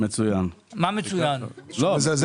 מה עוד